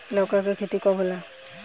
लौका के खेती कब होला?